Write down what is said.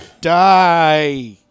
Die